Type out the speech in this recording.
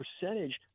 percentage